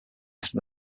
after